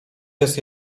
jest